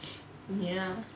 ya